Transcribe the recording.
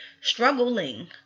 struggling